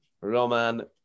Roman